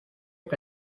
que